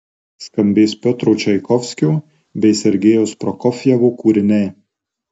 skambės piotro čaikovskio bei sergejaus prokofjevo kūriniai